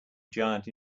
giant